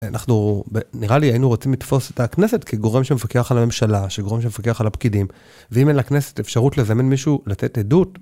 אנחנו, ב-נראה לי, היינו רוצים לתפוס את הכנסת כגורם שמפקח על הממשלה, שגורם שמפקח על הפקידים, ואם אין לכנסת אפשרות לזמן מישהו, לתת עדות,